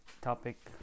topic